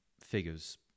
figures